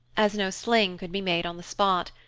as no sling could be made on the spot.